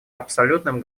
абсолютным